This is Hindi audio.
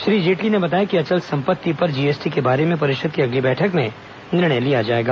श्री जेटली ने बताया कि अचल संपत्ति पर जीएसटी के बारे में परिषद की अगली बैठक में निर्णय लिया जाएगा